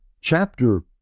Chapter